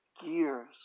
Gears